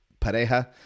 Pareja